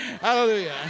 Hallelujah